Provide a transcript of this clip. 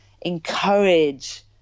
encourage